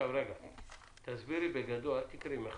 אל תקראי מחדש,